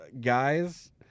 guys